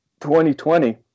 2020